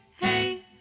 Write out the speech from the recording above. hey